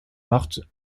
morte